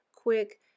quick